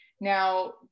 Now